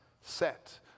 set